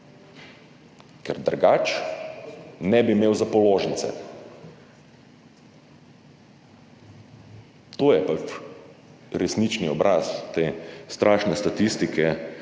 ker drugače ne bi imel za položnice. To je pač resnični obraz te strašne statistike,